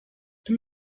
too